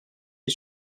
est